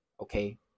okay